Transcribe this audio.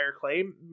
claim